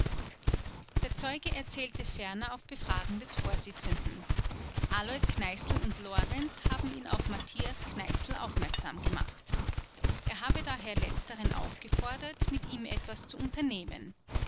der zeuge erzählte ferner auf befragen des vorsitzenden alois kneißl und lorenz haben ihn auf matthias thias kneißl aufmerksam gemacht er habe daher letzteren aufgefordert mit ihm etwas zu unternehmen